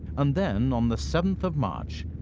and then on the seventh of march,